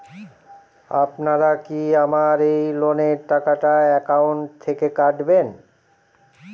আপনারা কি আমার এই লোনের টাকাটা একাউন্ট থেকে কাটবেন?